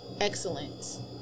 excellent